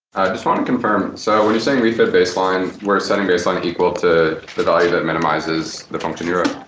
just want to confirm, so when you saying refit baseline, we're setting baseline equal to the value that minimizes the function error.